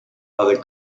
other